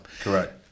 Correct